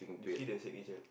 you see the signature